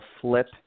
flip